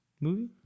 movie